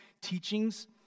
teachings